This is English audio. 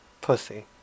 pussy